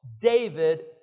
David